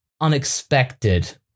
unexpected